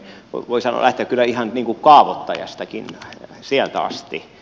voi lähteä kyllä ihan kaavoittajastakin sieltä asti